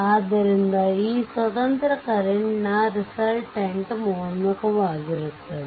ಆದ್ದರಿಂದ ಈ 4 ಸ್ವತಂತ್ರ ಕರೆಂಟ್ ನ ರಿಸಲ್ಟಾಂಟ್ ಮೇಲ್ಮುಖವಾಗಿದೆ